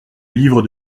livre